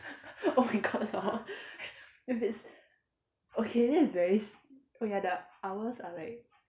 oh my god hor if it's okay then it's very s~ oh ya the hours are like